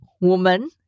woman